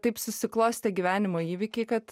taip susiklostė gyvenimo įvykiai kad